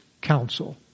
counsel